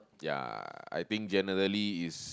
ya I think generally is